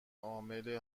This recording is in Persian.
عامل